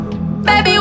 Baby